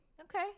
okay